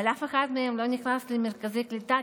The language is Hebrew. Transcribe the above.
אבל אף אחד מהם לא נכנס למרכזי קליטה,